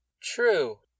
True